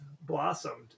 blossomed